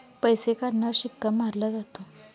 पैसे काढण्यावर शिक्का मारला जातो